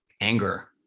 anger